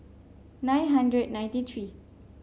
nine hundred ninety three